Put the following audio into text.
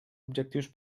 objectius